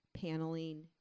paneling